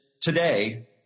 today